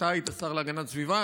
אתה היית השר להגנת הסביבה,